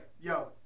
yo